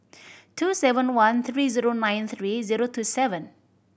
two seven one three zero nine three zero two seven